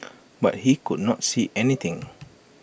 but he could not see anything